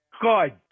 Good